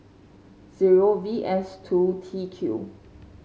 zero V S two T Q